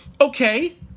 Okay